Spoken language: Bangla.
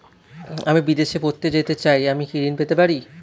আমি বিদেশে পড়তে যেতে চাই আমি কি ঋণ পেতে পারি?